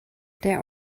der